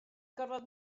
gorfod